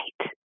Right